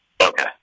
Okay